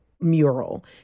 Mural